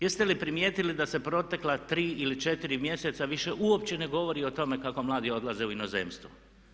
Jeste li primijetili da se protekla tri ili četiri mjeseca više uopće ne govori o tome kako mladi odlaze u inozemstvo?